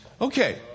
Okay